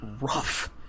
rough